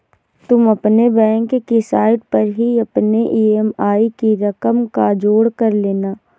तुम अपने बैंक की साइट पर ही अपने ई.एम.आई की रकम का जोड़ कर लेना